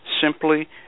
simply